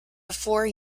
before